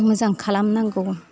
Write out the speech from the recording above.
मोजां खालामनांगौ